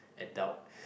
adult